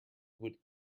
would